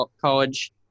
college